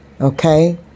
Okay